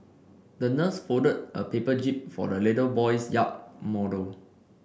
the nurse folded a paper jib for the little boy's yacht model